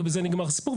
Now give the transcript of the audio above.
ובזה נגמר הסיפור.